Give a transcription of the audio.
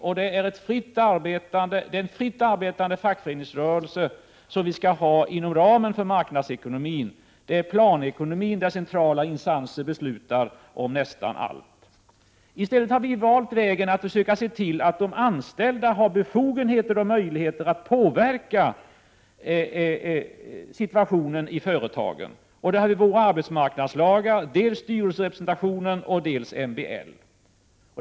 Vi skall ha en fritt arbetande fackföreningsrörelse inom ramen för marknadsekonomin. Det är i en planekonomi som centrala instanser beslutar om nästan allt. Vi haristället valt vägen att försöka se till att de anställda har befogenheter och möjligheter att påverka situationen i företagen. Vi har våra arbetsmarknadslagar, dels bestämmelser om styrelserepresentation, dels MBL.